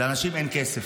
לאנשים אין כסף.